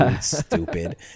Stupid